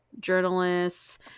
journalists